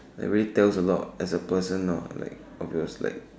it really tells a lot as a person or you like obviously